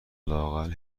لااقل